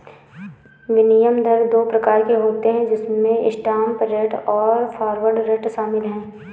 विनिमय दर दो प्रकार के होते है जिसमे स्पॉट रेट और फॉरवर्ड रेट शामिल है